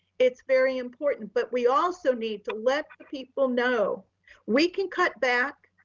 it's very important, but we also need to let people know we can cut back.